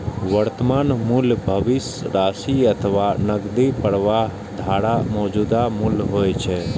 वर्तमान मूल्य भविष्यक राशि अथवा नकदी प्रवाहक धाराक मौजूदा मूल्य होइ छै